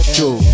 Show